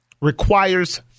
requires